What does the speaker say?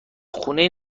خونه